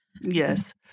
yes